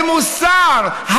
של מוסר,